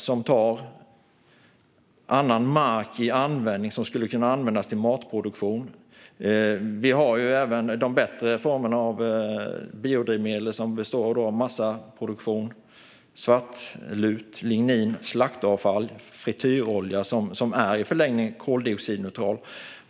För dessa tas mark i anspråk som skulle kunna användas för matproduktion. Vi har även bättre former av biodrivmedel, nämligen massaproduktion, svartlut, lignin, slaktavfall och frityrolja, som i förlängningen är koldioxidneutrala.